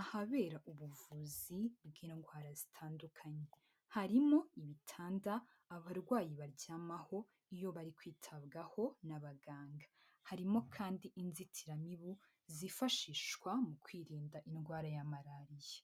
ahabera ubuvuzi bw'indwara zitandukanye. Harimo ibitanda abarwayi baryamaho iyo bari kwitabwaho n'abaganga. Harimo kandi inzitiramibu zifashishwa mu kwirinda indwara ya Malariya.